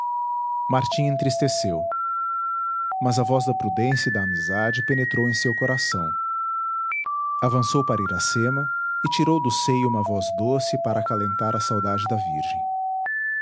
martim entristeceu mas a voz da prudência e da amizade penetrou em seu coração avançou para iracema e tirou do seio uma voz doce para acalentar a saudade da virgem